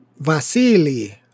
Vasily